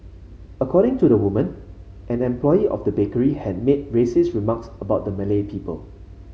according to the woman an employee of the bakery had made racist remarks about Malay people